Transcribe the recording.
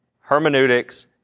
hermeneutics